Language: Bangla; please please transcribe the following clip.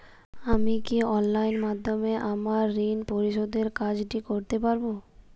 আমি কি অনলাইন মাধ্যমে আমার ঋণ পরিশোধের কাজটি করতে পারব?